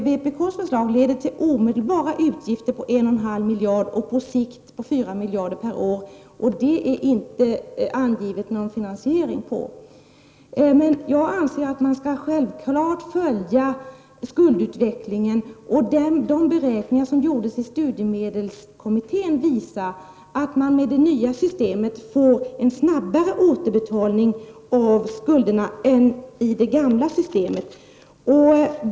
Vpk:s förslag leder till omedelbara utgifter på 1,5 miljarder kronor och på sikt till utgifter på 4 miljarder per år, och det finns inte angivet någon finansiering till detta. Jag anser självfallet att man skall följa skuldutvecklingen. De beräkningar som gjordes i studiemedelskommittén visar att man med det nya systemet får en snabbare återbetalning av skulderna än i det gamla systemet.